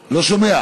דוחה,